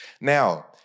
Now